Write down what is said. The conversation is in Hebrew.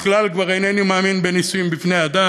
כבר אינני מאמין בניסויים בבני-אדם,